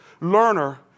learner